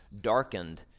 darkened